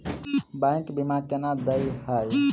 Bank बीमा केना देय है?